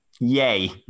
Yay